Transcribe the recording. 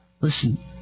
Listen